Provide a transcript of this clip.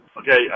Okay